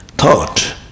thought